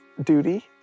duty